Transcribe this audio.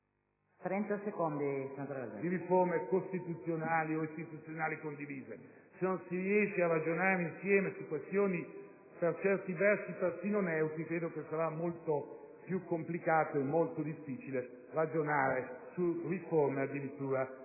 molto difficile parlare di riforme costituzionali o istituzionali condivise. Se non si riesce a ragionare insieme su questioni per certi versi persino neutre, penso che sarà molto più complicato e difficile ragionare su riforme di sistema costituzionale